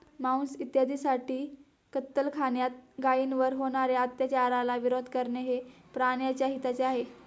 मांस इत्यादींसाठी कत्तलखान्यात गायींवर होणार्या अत्याचाराला विरोध करणे हे प्राण्याच्या हिताचे आहे